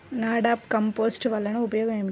NADEP compost వలన ఉపయోగం ఏమిటి?